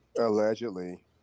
Allegedly